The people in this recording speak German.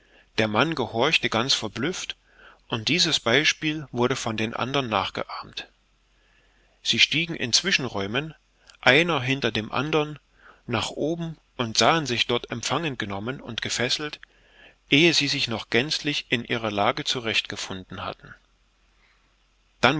der mann gehorchte ganz verblüfft und dieses beispiel wurde von den andern nachgeahmt sie stiegen in zwischenräumen einer hinter dem andern nach oben und sahen sich dort empfangen genommen und gefesselt ehe sie sich noch gänzlich in ihrer lage zurecht gefunden hatten dann